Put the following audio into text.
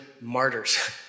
martyrs